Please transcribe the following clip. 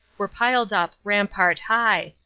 were piled up rampart high,